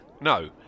No